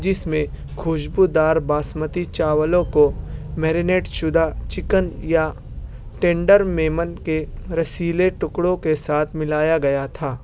جس میں خوشبودار باسمتی چاولوں کو میرینیٹ شدہ چکن یا ٹنڈر میمن کے رسیلے ٹکڑوں کے ساتھ ملایا گیا تھا